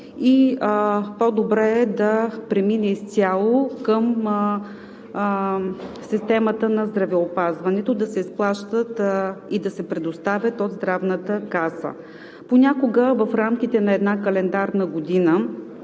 е по-добре да премине изцяло към системата на здравеопазването – да се изплащат и да се предоставят от Здравната каса. Понякога в рамките на една календарна година